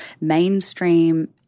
mainstream